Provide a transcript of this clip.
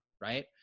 right